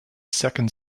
second